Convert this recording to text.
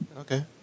Okay